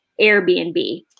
Airbnb